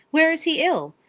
where is he ill?